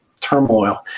turmoil